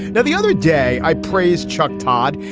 now, the other day, i praise chuck todd.